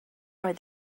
are